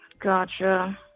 Gotcha